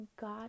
God